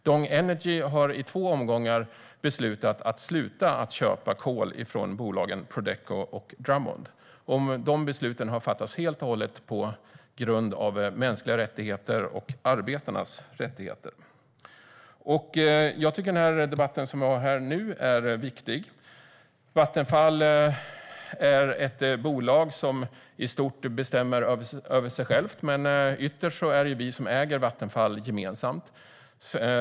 Dong Energy har i två omgångar beslutat att sluta att köpa kol från bolagen Prodeco och Drummond. Dessa beslut grundar sig helt och hållet på mänskliga rättigheter och arbetarnas rättigheter. Denna debatt är viktig. Vattenfall är ett bolag som i stort bestämmer över sig självt. Men ytterst är det vi som äger Vattenfall gemensamt.